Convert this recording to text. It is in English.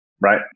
Right